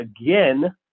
again